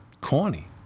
corny